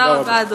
תודה רבה.